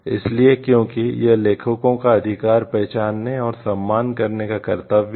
इसलिए क्योंकि यह लेखकों का अधिकार पहचानने और सम्मान करने का कर्तव्य है